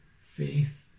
faith